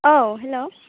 औ हेल्ल'